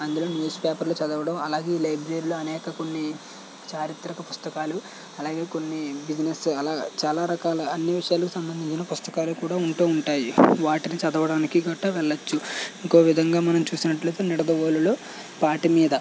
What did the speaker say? అందులో న్యూస్పేపర్లో చదవడం అలాగే లైబ్రరీలో అనేక కొన్ని చారిత్రక పుస్తకాలు అలాగే కొన్ని బిజినెస్ అలా చాలా రకాల అన్ని విషయాలు సంబంధించిన పుస్తకాలు కూడా ఉంటూ ఉంటాయి వాటిని చదవడానికి గట్ట వెళ్ళవచ్చు ఇంకో విధంగా మనం చూసినట్లయితే నిడదవోలులో పాటి మీద